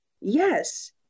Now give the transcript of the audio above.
Yes